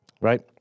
Right